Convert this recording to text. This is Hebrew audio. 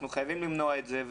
אנחנו חייבים למנוע את זה.